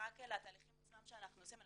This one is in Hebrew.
רק לתהליכים עצמם שאנחנו עושים.